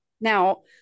Now